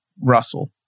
Russell